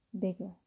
bigger